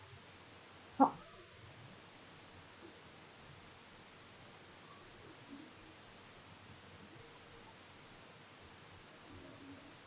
ha